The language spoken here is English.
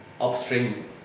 upstream